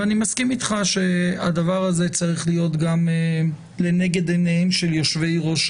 אני מסכים איתך שהדבר הזה צריך להיות גם לנגד עיניהם של יושבי ראש